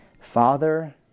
Father